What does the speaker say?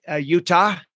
Utah